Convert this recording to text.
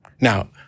Now